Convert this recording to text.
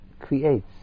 creates